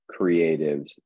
creatives